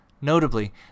Notably